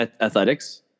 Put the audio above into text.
athletics